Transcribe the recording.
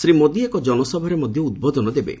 ଶ୍ରୀ ମୋଦି ଏକ ଜନସଭାରେ ମଧ୍ୟ ଉଦ୍ବୋଧନ ଦେବେ